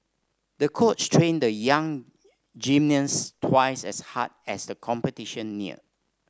the coach trained the young gymnast twice as hard as the competition near